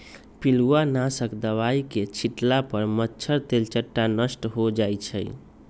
पिलुआ नाशक दवाई के छिट्ला पर मच्छर, तेलट्टा नष्ट हो जाइ छइ